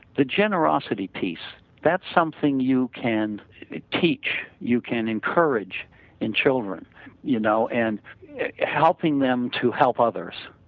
the generosity piece that's something you can teach, you can encourage in children you know and helping them to help others.